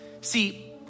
See